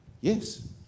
Yes